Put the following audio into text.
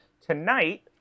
Tonight